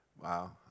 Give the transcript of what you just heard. wow